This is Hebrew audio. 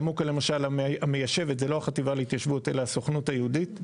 בעמוקה למשל המיישבת זה לא החטיבה להתיישבות אלא הסוכנות היהודית.